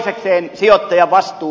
toisekseen sijoittajavastuu